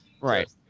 right